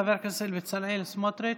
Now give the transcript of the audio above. חבר הכנסת בצלאל סמוטריץ'